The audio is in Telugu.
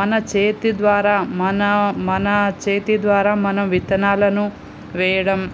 మన చేతి ద్వారా మన మన చేతి ద్వారా మనం విత్తనాలను వేయడం